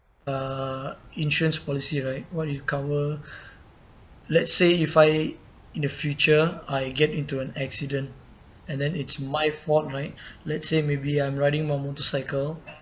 uh insurance policy right what it cover let's say if I in the future I get into an accident and then it's my fault right let's say maybe I'm riding my motorcycle